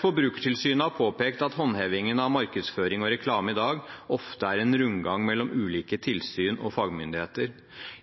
Forbrukertilsynet har påpekt at håndhevingen av markedsføring og reklame i dag ofte er en rundgang mellom ulike tilsyn og fagmyndigheter.